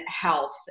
health